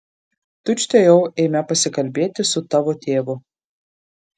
tučtuojau eime pasikalbėti su tavo tėvu